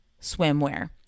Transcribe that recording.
swimwear